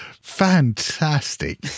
Fantastic